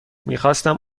میخواستم